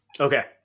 Okay